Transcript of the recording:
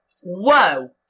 Whoa